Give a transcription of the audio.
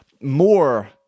more